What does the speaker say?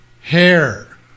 hair